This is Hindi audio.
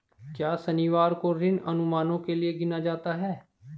क्या शनिवार को ऋण अनुमानों के लिए गिना जाता है?